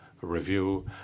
review